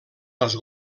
les